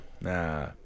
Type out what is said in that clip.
Nah